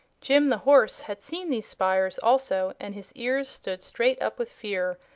jim the horse had seen these spires, also, and his ears stood straight up with fear,